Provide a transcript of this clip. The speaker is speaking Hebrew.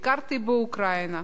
ביקרתי באוקראינה,